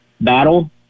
battle